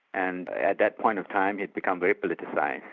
and at that point of time he'd become very politicised.